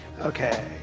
Okay